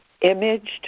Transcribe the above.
imaged